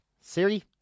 Siri